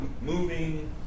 moving